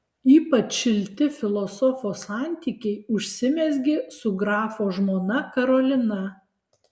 ypač šilti filosofo santykiai užsimezgė su grafo žmona karolina